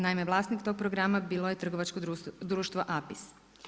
Naime, vlasnik tog programa bilo je trgovačko društvo APIS.